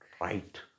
right